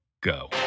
go